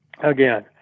again